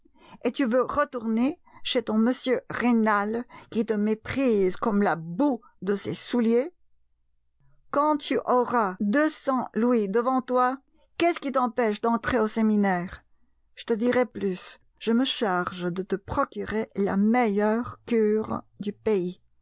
et tu veux retourner chez ton m rênal qui te méprise comme la boue de ses souliers quand tu auras deux cents louis devant toi qu'est-ce qui t'empêche d'entrer au séminaire je te dirai plus je me charge de te procurer la meilleure cure du pays